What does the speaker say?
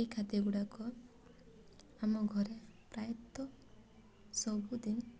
ଏଇ ଖାଦ୍ୟଗୁଡ଼ାକ ଆମ ଘରେ ପ୍ରାୟତଃ ସବୁଦିନ